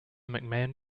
mcmahon